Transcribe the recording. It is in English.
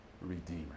redeemer